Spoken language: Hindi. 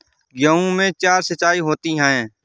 गेहूं में चार सिचाई होती हैं